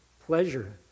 pleasure